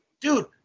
Dude